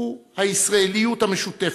הוא הישראליות המשותפת.